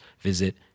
visit